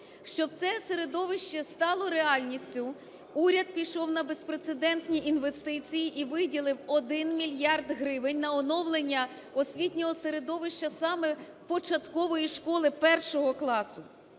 Щоб це середовище стало реальністю, уряд пішов на безпрецедентні інвестиції і виділив 1 мільярд гривень на оновлення освітнього середовища саме початкової школи 1-го класу.